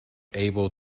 able